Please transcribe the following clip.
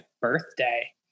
birthday